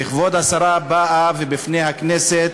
וכבוד השרה באה, ובפני הכנסת